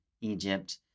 Egypt